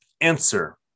Answer